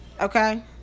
okay